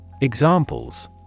Examples